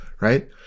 Right